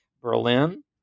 Berlin